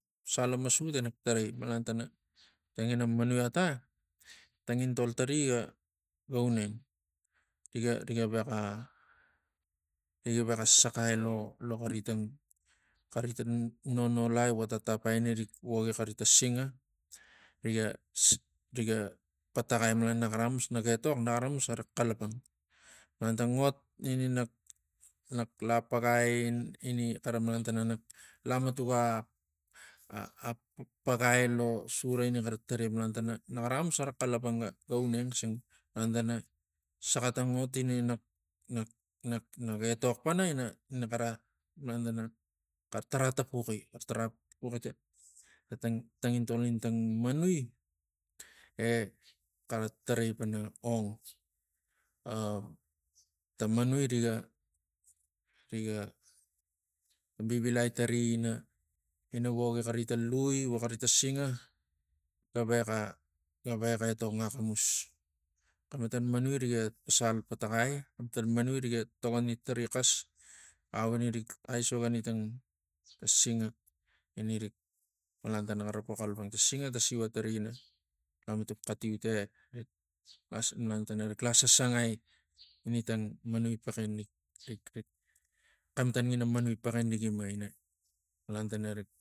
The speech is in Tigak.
Pasal lo masut enak tarai malan tana ta ngina manui ata tangintol tari ga uneng rig riga riga riga vexa saxai lo xaritang nonolai vo tatapai rig voki xari tang singa riga riga pataxal malan naxara axamus nax etok naxara axamus xara lapagai ini xara malan tana naxara axamus xara xalapang ga- ga uneng xisang malan tana saxa tang ot ini nak- nak- nak etok pana ina- ina kara malan tana xara tara tapuxi tara tapuxi ta- ta tangintol intang manui e tari ina- ina voki xari tang lui vo xari tang singa gavexa gavexa etong axamus xematan manui riga pasal patagai xematan manui riga togori tarixas au ini rik aisokini tang tang singa ina rik malantana xarapo xalapang tang singa ta siva tari ina lamatuk xatiut malan tana rik lasasangai ina tang manui paxin rik- rik- rik xematan ngina manui paxin rigima ina malan tana rik